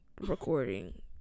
recording